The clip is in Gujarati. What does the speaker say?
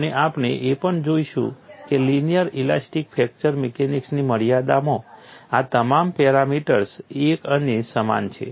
અને આપણે એ પણ જોઈશું કે લિનિયર ઇલાસ્ટિક ફ્રેક્ચર મિકેનિક્સની મર્યાદામાં આ તમામ પેરામીટર્સ એક અને સમાન છે